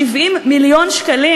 שצריך.